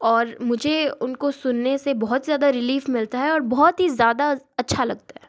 और मुझे उनको सुनने से बहुत ज़्यादा रिलीफ मिलता है और बहुत ही ज़्यादा अच्छा लगता है